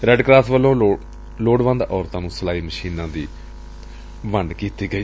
red cross ਵੱਲੋ ਲੋੜਵੰਦ ਔਰਤਾਂ ਨੁੰ ਸਿਲਾਈ ਮਸ਼ੀਨਾਂ ਦੀ ਵੰਡ ਵੀ ਕੀਤੀ ਗਈ